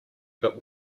but